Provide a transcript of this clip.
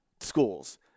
schools